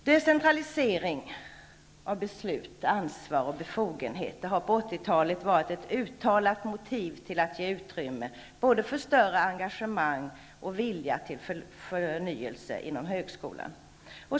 Decentralisering av beslut, ansvar och befogenheter har under 80-talet varit ett uttalat motiv för att ge utrymme för både större engagemang och vilja till förnyelse inom högskolan.